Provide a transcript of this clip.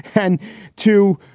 and to,